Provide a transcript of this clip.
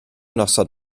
noson